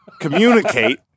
communicate